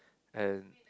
and